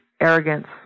arrogance